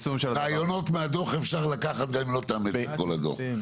רעיונות מהדוח אפשר לקחת גם אם לא תאמץ אל כל הדוח.